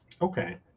Okay